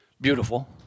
beautiful